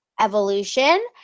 evolution